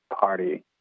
party